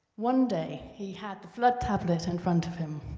one day, he had the flood tablet in front of him,